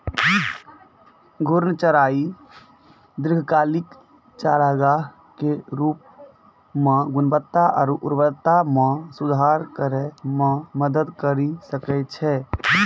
घूर्णि चराई दीर्घकालिक चारागाह के रूपो म गुणवत्ता आरु उर्वरता म सुधार करै म मदद करि सकै छै